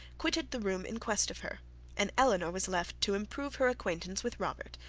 quitted the room in quest of her and elinor was left to improve her acquaintance with robert,